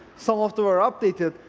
some of them were updated,